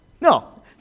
No